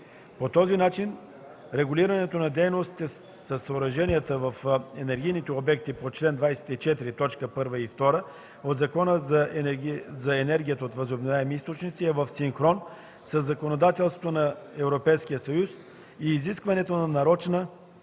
По този начин регулирането на дейностите със съоръжения в енергийните обекти по чл. 24, т. 1 и 2 от Закона за енергията от възобновяеми източници и в синхрон със законодателството на Европейския съюз и изискването на нарочна